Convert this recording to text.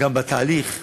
גם בתהליך המדיני,